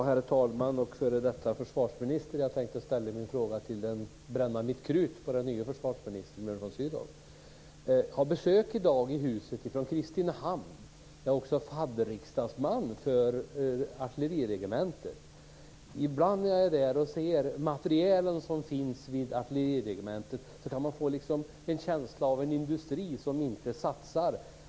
Herr talman och f.d. försvarsminister! Jag tänkte bränna mitt krut på den nuvarande försvarsministern Björn von Sydow. Vi har besök i dag i huset från Kristinehamn. Jag är också fadderriksdagsman för artilleriregementet. Ibland när jag är där och ser den materiel som finns vid artilleriregementet får jag en känsla av en industri som inte satsar.